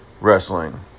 wrestling